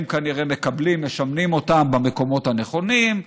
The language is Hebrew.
הם כנראה משמנים אותם במקומות הנכונים,